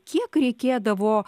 kiek reikėdavo